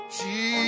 Jesus